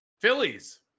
Phillies